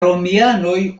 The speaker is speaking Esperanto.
romianoj